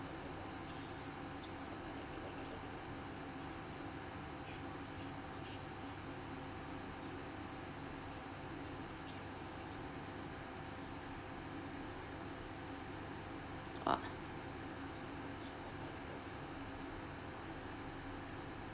ah